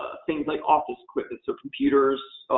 things like office equipment. so, computers,